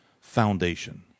foundation